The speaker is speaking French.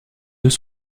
œufs